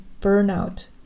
burnout